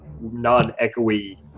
non-echoey